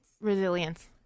Resilience